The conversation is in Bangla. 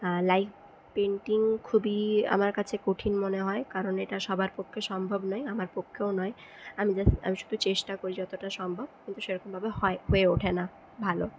লাইফ পেইন্টিং খুবই আমার কাছে কঠিন মনে হয় কারণ এটা সবার পক্ষে সম্ভব নয় আমার পক্ষেও নয় আমি শুধু চেষ্টা করি যতটা সম্ভব কিন্তু সেরকমভাবে হয় হয়ে ওঠে না ভালো